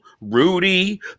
Rudy